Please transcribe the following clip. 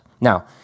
Now